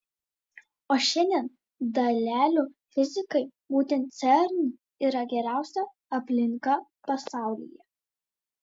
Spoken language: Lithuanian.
o šiandien dalelių fizikai būtent cern yra geriausia aplinka pasaulyje